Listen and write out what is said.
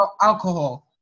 alcohol